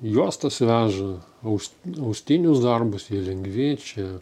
juostas veža aus austinius darbus jie lengvi čia